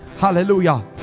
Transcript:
hallelujah